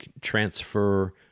transfer